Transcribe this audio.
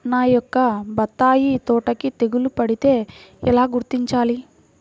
నా యొక్క బత్తాయి తోటకి తెగులు పడితే ఎలా గుర్తించాలి?